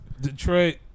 Detroit